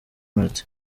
martin